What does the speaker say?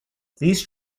these